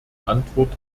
antwort